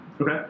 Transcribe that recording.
Okay